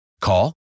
Call